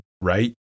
right